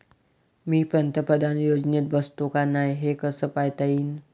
मी पंतप्रधान योजनेत बसतो का नाय, हे कस पायता येईन?